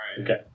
Okay